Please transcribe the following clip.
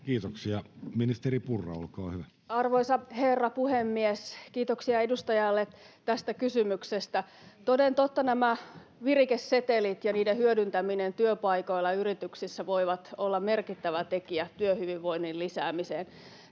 Ollikainen r) Time: 17:00 Content: Arvoisa herra puhemies! Kiitoksia edustajalle tästä kysymyksestä. Toden totta nämä virikesetelit ja niiden hyödyntäminen työpaikoilla ja yrityksissä voivat olla merkittävä tekijä työhyvinvoinnin lisäämiseen.